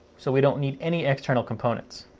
so we don't need any external components.